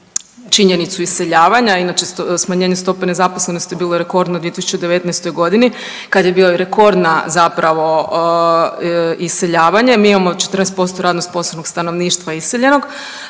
činjenicu iseljavanja, inače smanjenje stope nezaposlenosti bilo je rekordno u 2019.g. kada je bio i rekordno zapravo iseljavanje. Mi imamo 14% radno sposobnog stanovništva iseljenog,